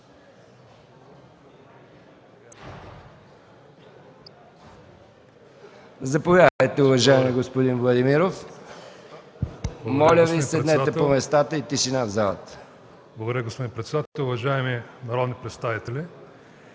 Благодаря, госпожо председател. Уважаеми народни представители,